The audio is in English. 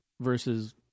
versus